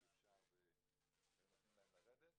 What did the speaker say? אם היו נותנים להם לרדת